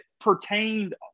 pertained